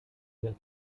hier